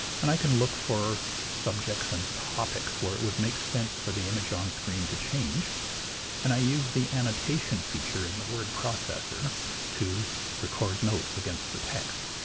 and i can look for subjects and topics where it would make sense for the image on screen to change and i use the annotation feature in the word processor to record notes against the text.